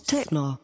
Techno